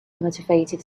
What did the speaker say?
motivated